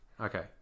Okay